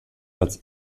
als